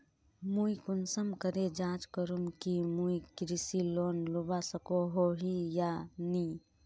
मुई कुंसम करे जाँच करूम की मुई कृषि लोन लुबा सकोहो ही या नी?